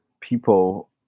people